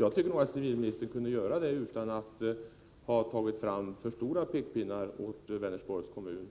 Jag tycker att civilministern kunde göra ett sådant uttalande utan att ha tagit fram för stora pekpinnar mot Vänersborgs kommun.